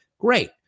Great